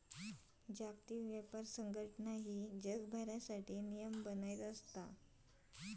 जागतिक व्यापार संघटना जगभरासाठी नियम बनयता